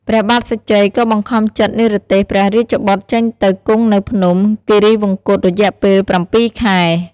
ព្រះបាទសញ្ជ័យក៏បង្ខំចិត្តនិរទេសព្រះរាជបុត្រចេញទៅគង់នៅភ្នំ គិរីវង្គត រយៈពេល ៧ ខែ។